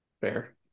fair